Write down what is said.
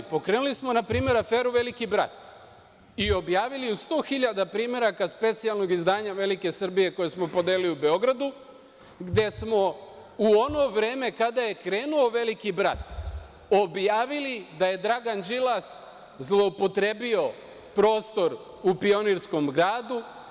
Pokrenuli smo na primer aferu „Veliki brat“ i objavili u 100.000 primeraka specijalnog izdanja „Velike Srbije“ koje smo podelili u Beogradu, gde smo u ono vreme kada je krenuo „Veliki brat“ objavili da je Dragan Đilas zloupotrebio prostor u Pionirskom gradu.